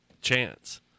chance